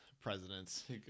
presidents